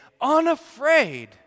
unafraid